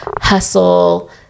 hustle